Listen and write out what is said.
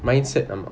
mindset